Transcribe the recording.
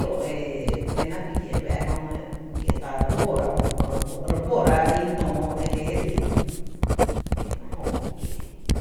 To e e náá’ fí kié’ re fáá’ra jö nɇ kie’ ta re bóra ‘mo, re bóra ñí töo e je re i ‘mo, kie’ ‘néé’ ejöba fí kié’.